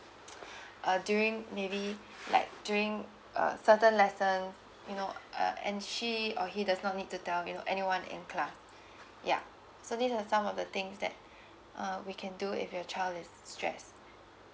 uh during maybe like during a certain lesson you know uh and she or he does not need to tell yo~ anyone in class so these are some of the things that uh we can do if your child is stress